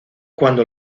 cuando